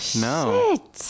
No